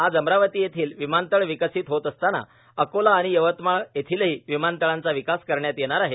आज अमरावती येथील विमानतळ विकसित होत असताना अकोला आणि यवतमाळ येथीलही विमानतळांचा विकास करण्यात येणार आहे